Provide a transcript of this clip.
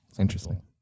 interesting